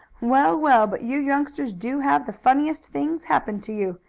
well! well! but you youngsters do have the funniest things happen to you!